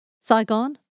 Saigon